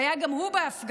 שהיה גם הוא בהפגנה,